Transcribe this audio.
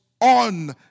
on